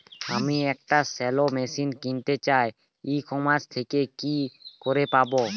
আমি একটি shallow machine কিনতে চাই ই কমার্স থেকে কি করে পাবো?